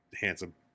handsome